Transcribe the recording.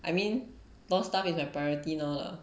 I mean law stuff is my priority now lah